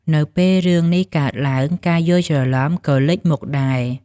នៅពេលរឿងនេះកើតឡើង ការយល់ច្រឡំក៏លេចមុខដែរ។